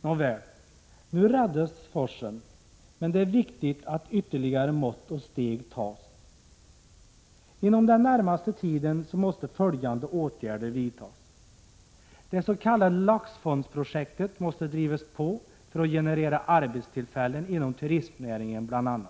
Nåväl, nu räddas forsen. Men det är viktigt att ytterligare mått och steg tas. Inom den närmaste tiden måste följande åtgärder vidtas: Det s.k. laxfondsprojektet drivs på för att generera arbetstillfällen inom bl.a. turistnäringen.